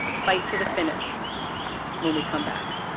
ah fight to the finish when we come back